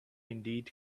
indeed